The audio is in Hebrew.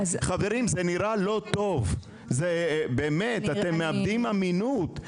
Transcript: חברים, זה נראה לא טוב, אתם מאבדים אמינות.